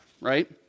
right